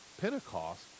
Pentecost